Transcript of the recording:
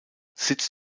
sitz